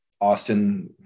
Austin